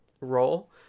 role